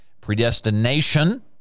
Predestination